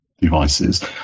devices